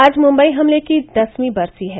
आज मुंबई हमले की दसवीं बरसी है